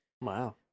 wow